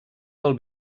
del